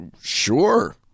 Sure